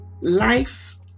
life